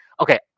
Okay